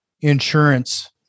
insurance